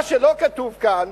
מה שלא כתוב כאן,